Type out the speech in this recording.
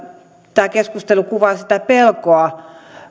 tämä keskustelu kuvaa sitä pelkoa